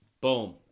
boom